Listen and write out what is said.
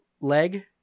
leg